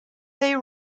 they